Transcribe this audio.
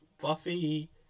Buffy